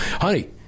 Honey